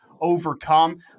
overcome